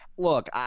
Look